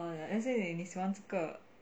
let's say 你喜欢这个